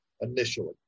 initially